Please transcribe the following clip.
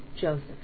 Joseph